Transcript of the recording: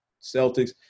Celtics